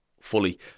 fully